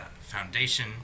foundation